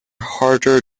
harder